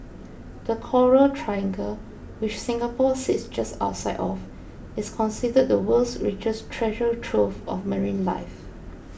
the coral triangle which Singapore sits just outside of is considered the world's richest treasure trove of marine life